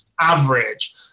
average